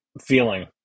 feeling